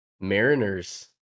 Mariners